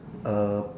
a